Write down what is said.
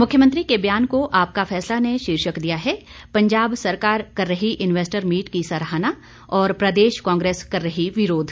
मुख्यमंत्री के बयान को आपका फैसला ने शीर्षक दिया है पंजाब सरकार कर रही इन्वेस्टर मीट की सराहना व प्रदेश कांग्रेस कर रही विरोध